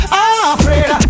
afraid